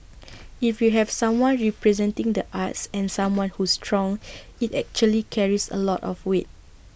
if you have someone representing the arts and someone who's strong IT actually carries A lot of weight